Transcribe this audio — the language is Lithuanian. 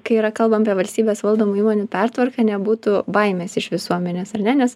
kai yra kalbama apie valstybės valdomų įmonių pertvarką nebūtų baimės iš visuomenės ar ne nes